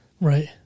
Right